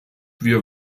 wir